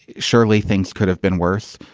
surely things could have been worse.